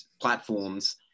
platforms